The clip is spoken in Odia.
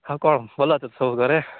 ଆଉ କ'ଣ ଭଲ ଅଛ ତ ସବୁ ଘରେ